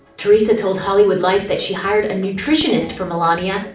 teresa told hollywood life that she hired a nutritionist for milania,